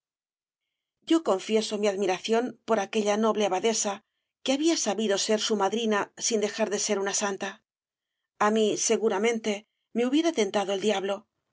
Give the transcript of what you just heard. yo confieso mi admiración por aquella noble abadesa que había sabido ser su madrina sin dejar de ser una santa á mí seguramente hubiérame tentado el diablo